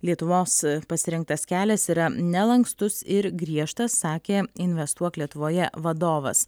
lietuvos pasirinktas kelias yra nelankstus ir griežtas sakė investuok lietuvoje vadovas